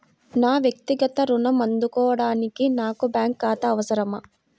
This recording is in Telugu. నా వక్తిగత ఋణం అందుకోడానికి నాకు బ్యాంక్ ఖాతా అవసరమా?